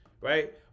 right